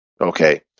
Okay